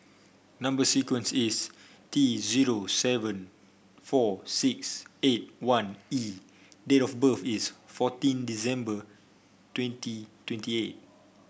number sequence is T zero seven four six eight one E date of birth is fourteen December twenty twenty eight